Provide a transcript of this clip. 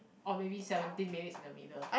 or maybe seventeen maybe is in the middle